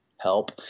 help